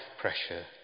pressure